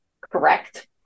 Correct